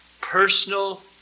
personal